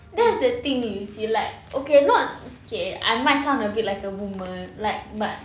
that's the thing you see like okay not okay I might sound a bit like a boomer like but